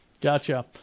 gotcha